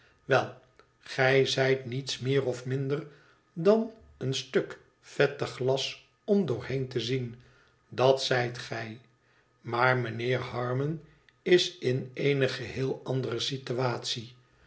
wel gij zijt niets meer of minder dan een stuk vettig glas om doorheen te zien datzijtgij maar mijnheer harmon is in eene geheel andere sitewatie